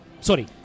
sorry